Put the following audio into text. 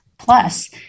plus